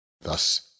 thus